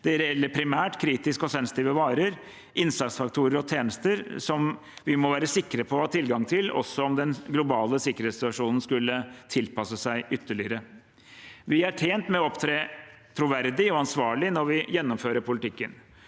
gjelder primært kritiske og sensitive varer, innsatsfaktorer og tjenester vi må være sikre på å ha tilgang til også om den globale sikkerhetssituasjonen skulle tilspisse seg ytterligere. Vi er tjent med å opptre troverdig og ansvarlig når vi gjennomfører politikken,